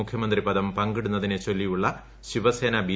മുഖ്യമന്ത്രിപദം പങ്കിടുന്നതിനെ ചൊല്പിയുള്ള ശിവസേന ബി